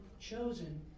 chosen